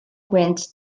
went